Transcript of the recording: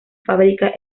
fábrica